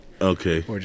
Okay